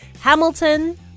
Hamilton